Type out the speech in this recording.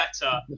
better